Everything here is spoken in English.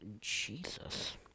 Jesus